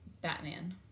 Batman